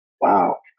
wow